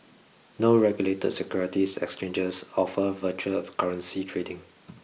no regulated securities exchangers offer virtual currency trading